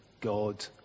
God